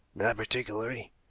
not particularly.